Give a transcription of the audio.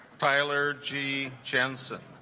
tyler g jensen